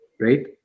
right